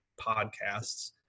podcasts